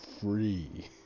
free